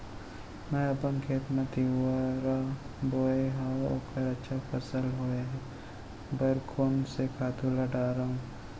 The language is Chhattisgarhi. मैं अपन खेत मा तिंवरा बोये हव ओखर अच्छा फसल होये बर कोन से खातू ला डारव?